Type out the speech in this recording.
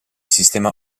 sistema